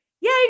Yay